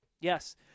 Yes